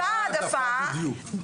אותה העדפה בדיוק.